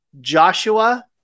Joshua